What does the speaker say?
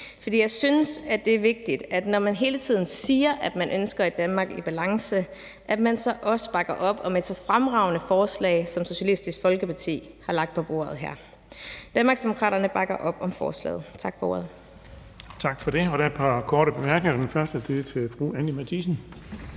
jeg synes, at det er vigtigt, at man, når man hele tiden siger, at man ønsker et Danmark i balance, så også bakker op om et så fremragende forslag, som Socialistisk Folkeparti har lagt på bordet her. Danmarksdemokraterne bakker op om forslaget. Tak for ordet. Kl. 15:03 Den fg. formand (Erling Bonnesen): Tak for det.